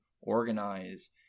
organize